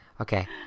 Okay